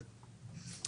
דירה?